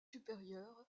supérieur